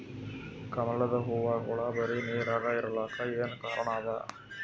ಕಮಲದ ಹೂವಾಗೋಳ ಬರೀ ನೀರಾಗ ಇರಲಾಕ ಏನ ಕಾರಣ ಅದಾ?